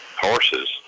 horses